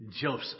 Joseph